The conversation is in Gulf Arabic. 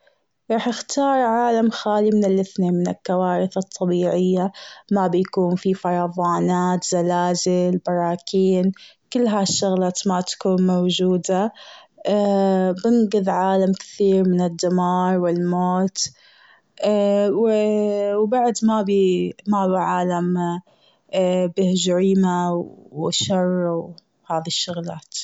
رح اختار عالم خالي من الإثنين من الكوارث الطبيعية. ما بكون في فيضانات زلازل براكين كل هالشغلات ما تكون موجودة. بنقذ عالم كثير من الدمار والموت. و بعد ما اب- ما ابي عالم فيه جريمة و شر و هذي الشغلات.